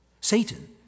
Satan